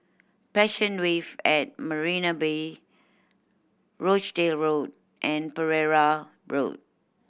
Passion Wave at Marina Bay Rochdale Road and Pereira Road